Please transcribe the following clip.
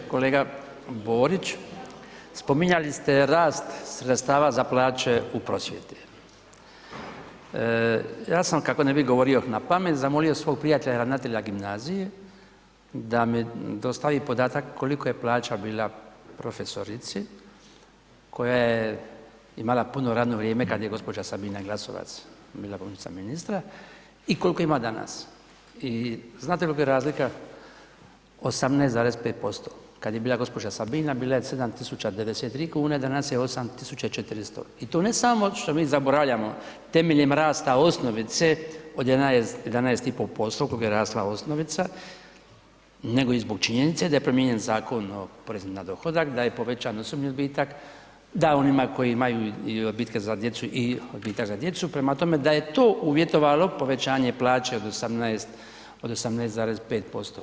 Kolega Borić, spominjali ste rast sredstava za plaće u prosvjeti, ja sam, kako ne bi govorio na pamet, zamolio svog prijatelja ravnatelja gimnazije da mi dostavi podatak koliko je plaća bila profesorici koja je imala puno radno vrijeme kad je gđa. Sabina Glasovac bila pomoćnica ministra i kolko ima danas i znate kolko je razlika, 18,5%, kad je bila gđa. Sabina bila je 7.093,00 kn, danas je 8.400,00 i to ne samo što mi zaboravljamo temeljem rasta osnovice od 11,5% koliko je rasla osnovica nego i zbog činjenice da je promijenjen Zakon o porezu na dohodak, da je povećani osobni odbitak, da onima koji imaju i odbitke za djecu i odbitak za djecu, prema tome da je to uvjetovalo povećanje plaće od 18,5%